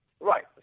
Right